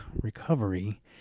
recovery